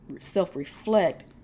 self-reflect